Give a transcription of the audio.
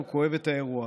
הוא כואב את האירוע,